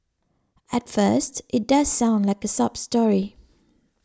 at first it does sound like a sob story